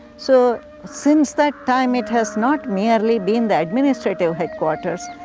so since that time it has not merely been the administrative headquarters,